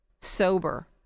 sober